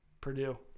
Purdue